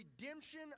redemption